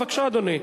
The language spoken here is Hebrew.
בבקשה, אדוני.